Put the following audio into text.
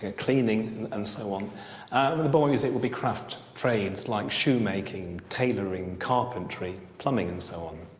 ah cleaning and so on. with the boys it would be craft trades, like shoe-making, tailoring, carpentry, plumbing and so on.